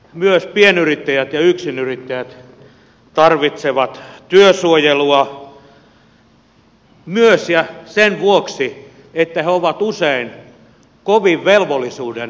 myös pienyrittäjät ja yksinyrittäjät tarvitsevat työsuojelua sen vuoksi että he ovat usein kovin velvollisuudentuntoista porukkaa